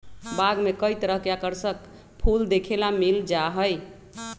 बाग में कई तरह के आकर्षक फूल देखे ला मिल जा हई